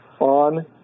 on